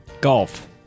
Golf